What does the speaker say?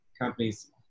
companies